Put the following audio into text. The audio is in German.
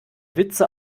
witze